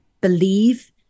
believe